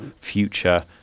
future